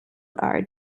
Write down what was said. are